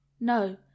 No